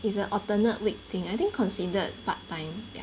is a alternate week thing I think considered part time ya